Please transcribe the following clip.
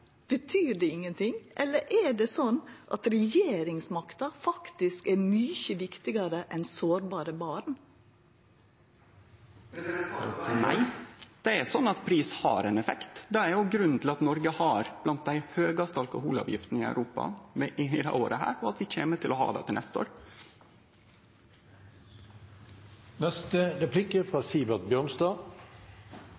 Betyr det ingenting? Eller er det sånn at regjeringsmakta faktisk er mykje viktigare enn sårbare barn? Svaret på det er nei. Det er sånn at pris har ein effekt. Det er jo grunnen til at Noreg er blant dei med dei høgaste alkoholavgiftene i Europa dette året, og at vi kjem til å vere det til neste